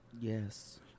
Yes